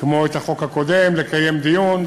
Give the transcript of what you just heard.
כמו את החוק הקודם, ולקיים דיון.